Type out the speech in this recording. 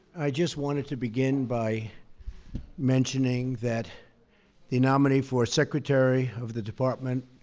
i just wanted to begin by mentioning that the nominee for secretary of the department